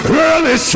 early